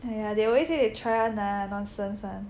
yah they always say they try [one] lah nonsense [one]